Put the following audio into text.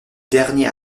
dernier